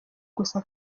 gusa